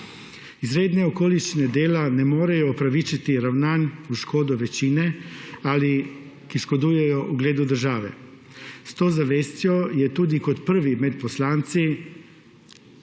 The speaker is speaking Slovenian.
Izredne okoliščine dela ne morejo upravičiti ravnanj v škodo večine, ki škodujejo ugledu države. S to zavestjo je tudi kot prvi med poslanci